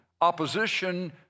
opposition